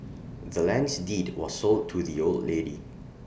the land's deed was sold to the old lady